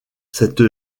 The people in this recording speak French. cette